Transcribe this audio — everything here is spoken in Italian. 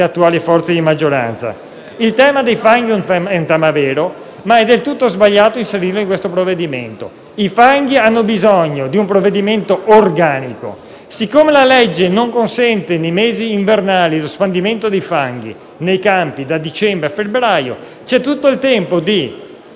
attuali forze di maggioranza. La questione dei fanghi è un tema vero, ma è del tutto sbagliato inserirlo nel provvedimento al nostro esame. I fanghi hanno bisogno di un provvedimento organico. Siccome la legge non consente nei mesi invernali lo spandimento dei fanghi nei campi da dicembre a febbraio, c’è tutto il tempo di